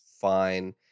fine